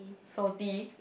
salty